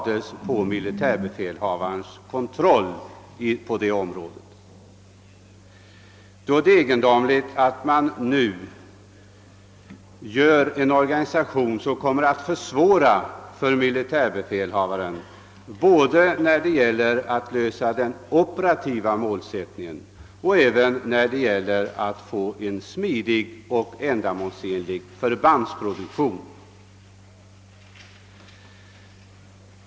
Det är med hänsyn till detta egendomligt att man nu skapar en organisation som kommer att försvåra för militärbefälhavaren både att tillgodose den operativa målsättningen och att få till stånd en smidig och ändamålsenlig förbandsproduktion.